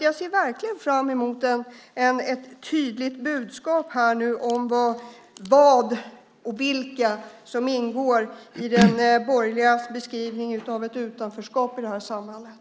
Jag ser verkligen fram emot ett tydligt budskap om vad och vilka som ingår i de borgerligas beskrivning av ett utanförskap i det här sammanhanget.